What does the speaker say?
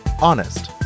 honest